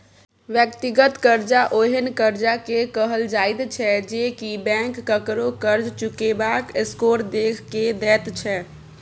व्यक्तिगत कर्जा ओहेन कर्जा के कहल जाइत छै जे की बैंक ककरो कर्ज चुकेबाक स्कोर देख के दैत छै